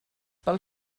pel